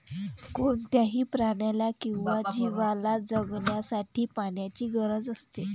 कोणत्याही प्राण्याला किंवा जीवला जगण्यासाठी पाण्याची गरज असते